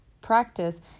practice